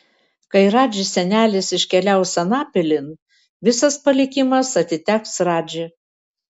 kai radži senelis iškeliaus anapilin visas palikimas atiteks radži